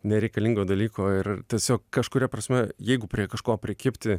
nereikalingo dalyko ir tiesiog kažkuria prasme jeigu prie kažko prikibti